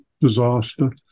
disaster